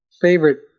favorite